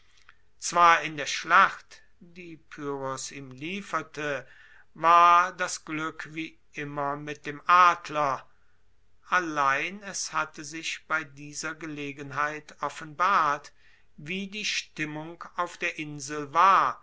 zwar in der schlacht die pyrrhos ihm lieferte war das glueck wie immer mit dem adler allein es hatte sich bei dieser gelegenheit offenbart wie die stimmung auf der insel war